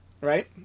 Right